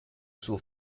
suo